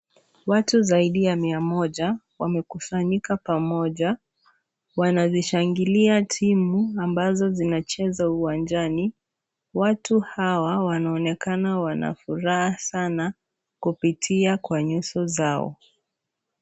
Watu zaidi ya mia moja wamekusanyika pamoja, wanazishangilia timu ambazo zinacheza uwanjani, watu hawa wanaonekana wana furaha sana kupitia kwa nyuso zao.